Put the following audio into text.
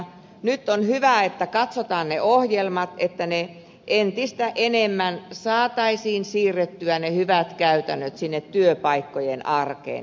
nyt on hyvä että katsotaan ne ohjelmat että ne hyvät käytännöt saataisiin entistä enemmän siirrettyä sinne työpaikkojen arkeen